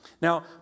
Now